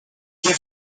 give